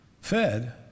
fed